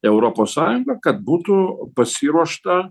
europos sąjunga kad būtų pasiruošta